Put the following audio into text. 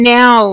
now